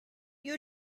you